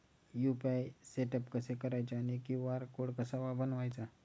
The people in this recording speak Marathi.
यु.पी.आय सेटअप कसे करायचे आणि क्यू.आर कोड कसा बनवायचा?